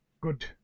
Good